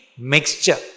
Mixture